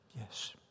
Yes